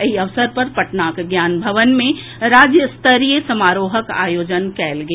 एहि अवसर पर पटनाक ज्ञान भवन मे राज्य स्तरीय समारोहक आयोजन कयल गेल